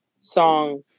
song